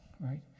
right